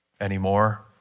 anymore